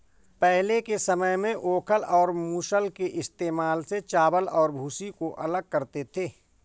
पहले के समय में ओखल और मूसल के इस्तेमाल से चावल और भूसी को अलग करते थे